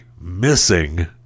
missing